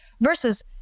Versus